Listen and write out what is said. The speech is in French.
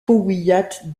powiat